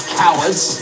cowards